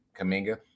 Kaminga